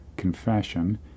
confession